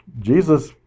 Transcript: Jesus